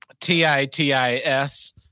T-I-T-I-S